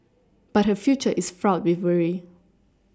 but her future is fraught with worry